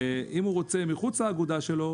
ואם הוא רוצה מחוץ לאגודה שלו